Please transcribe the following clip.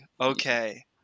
Okay